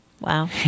Wow